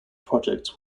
projects